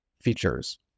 features